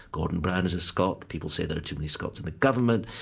gordon brown is a scot, people say there are too many scots in the government.